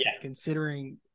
considering